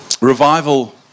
Revival